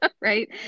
Right